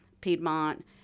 Piedmont